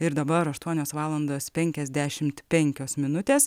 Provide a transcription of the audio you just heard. ir dabar aštuonios valandos penkiasdešimt penkios minutės